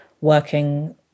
working